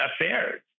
affairs